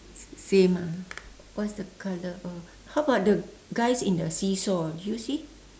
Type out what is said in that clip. s~ same ah what's the color of how about the guys in the seesaw do you see